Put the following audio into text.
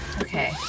Okay